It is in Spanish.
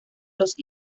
los